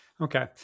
Okay